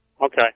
Okay